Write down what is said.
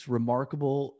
remarkable